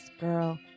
Girl